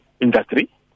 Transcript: Industry